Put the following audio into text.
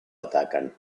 atacan